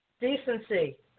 decency